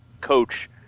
coach